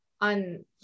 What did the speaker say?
on